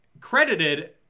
Credited